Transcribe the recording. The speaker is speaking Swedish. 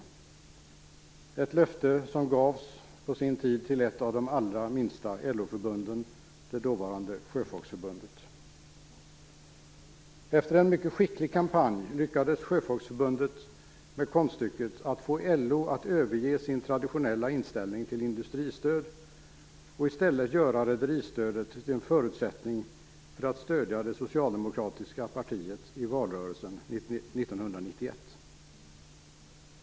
Det är ett löfte som på sin tid gavs till ett av de allra minsta LO-förbunden, det dåvarande Efter en mycket skicklig kampanj lyckades Sjöfolksförbundet med konststycket att få LO att överge sin traditionella inställning till industristöd och i stället göra rederistödet till en förutsättning för att stödja det socialdemokratiska partiet i valrörelsen 1991.